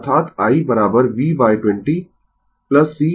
अर्थात i v20 c d vd t